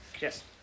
Yes